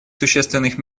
существенных